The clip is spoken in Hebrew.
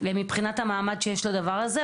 מבחינת המעמד שיש לדבר הזה.